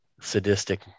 sadistic